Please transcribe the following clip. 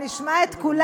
תבואי